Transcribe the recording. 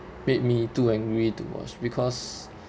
made me too angry to watch because